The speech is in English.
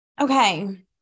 okay